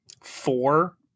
four